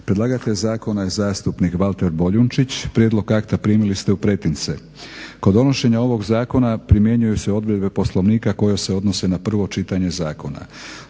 Predlagatelj zastupnik Valter Boljunčić. Prijedlog akta primili ste u pretince. Kod donošenja ovog zakona primjenjuju se odredbe Poslovnika koje se odnose na prvo čitanje zakona.